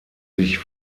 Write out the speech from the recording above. sich